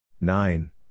Nine